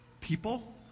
people